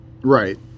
Right